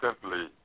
simply